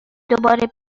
دوباره